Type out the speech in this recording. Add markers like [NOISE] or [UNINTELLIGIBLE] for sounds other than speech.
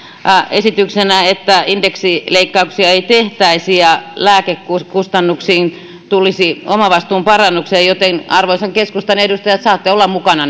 esityksenä että indeksileikkauksia ei tehtäisi ja lääkekustannuksiin tulisi omavastuun parannuksia joten arvoisat keskustan edustajat saatte olla mukana [UNINTELLIGIBLE]